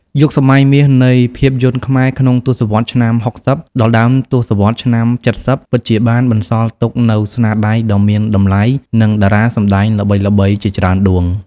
យុគសម័យមាសនៃភាពយន្តខ្មែរក្នុងទសវត្សរ៍ឆ្នាំ៦០ ដល់ដើមទសវត្សរ៍ឆ្នាំ៧០ ពិតជាបានបន្សល់ទុកនូវស្នាដៃដ៏មានតម្លៃ និងតារាសម្ដែងល្បីៗជាច្រើនដួង។